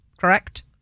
Correct